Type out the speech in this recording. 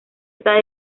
está